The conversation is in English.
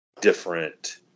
different